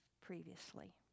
previously